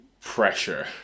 pressure